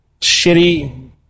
shitty